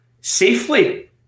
safely